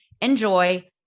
enjoy